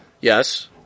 Yes